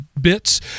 bits